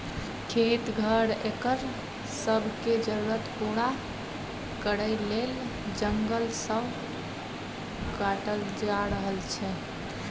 खेत, घर, एकर सब के जरूरत पूरा करइ लेल जंगल सब काटल जा रहल छै